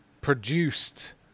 produced